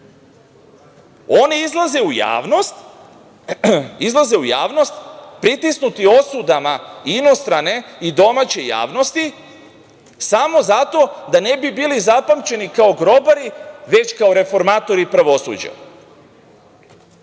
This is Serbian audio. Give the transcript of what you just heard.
kriju se od javnosti. Oni izlaze u javnost, pritisnuti osudama inostrane i domaće javnosti, samo zato da ne bi bili zapamćeni kao grobari, već kao reformatori pravosuđa.